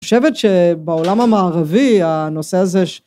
אני חושבת שבעולם המערבי הנושא הזה